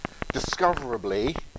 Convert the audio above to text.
discoverably